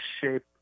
shape